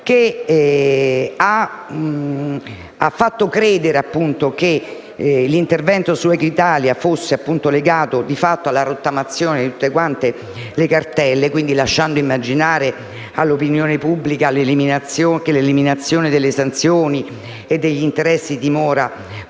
ha fatto credere che l'intervento su Equitalia fosse legato alla rottamazione di tutte le cartelle, lasciando immaginare all'opinione pubblica che l'eliminazione delle sanzioni e degli interessi di mora